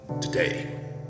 today